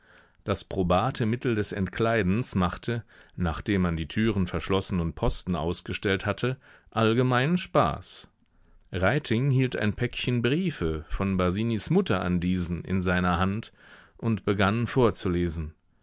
das probate mittel des entkleidens machte nachdem man die türen verschlossen und posten ausgestellt hatte allgemeinen spaß reiting hielt ein päckchen briefe von basinis mutter an diesen in seiner hand und begann vorzulesen